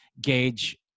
gauge